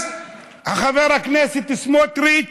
אז חבר הכנסת סמוטריץ